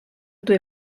due